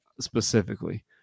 specifically